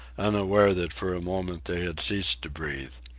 unaware that for a moment they had ceased to breathe.